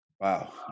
Wow